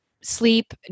sleep